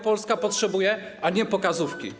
Polska potrzebuje tego, a nie pokazówki.